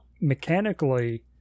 Mechanically